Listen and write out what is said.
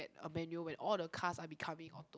get a manual when all the cars are becoming auto